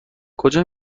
کجا